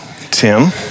Tim